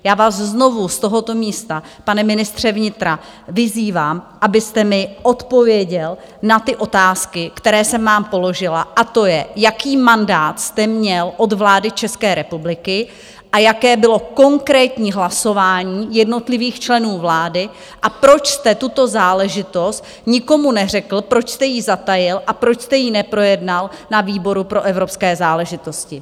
Já vás znovu z tohoto místa, pane ministře vnitra, vyzývám, abyste mi odpověděl na ty otázky, které jsem vám položila, a to je, jaký mandát jste měl od vlády České republiky a jaké bylo konkrétní hlasování jednotlivých členů vlády a proč jste tuto záležitost nikomu neřekl, proč jste ji zatajil a proč jste ji neprojednal na výboru pro evropské záležitosti.